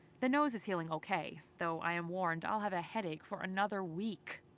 the nose is healing ok, though i am warned i'll have a headache for another week